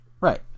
Right